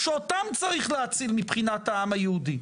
שאותם צריך להציל מבחינת העם היהודי.